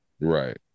right